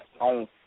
on